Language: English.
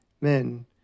Men